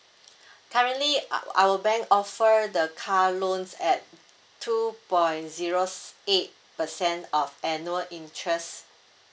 currently uh our bank offer the car loans at two point zero eight percent off annual interest